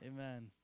Amen